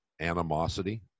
animosity